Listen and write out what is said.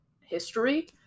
history